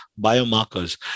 biomarkers